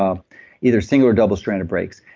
um either single or double stranded breaks,